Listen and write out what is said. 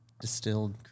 distilled